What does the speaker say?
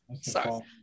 Sorry